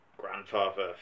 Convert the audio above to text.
grandfather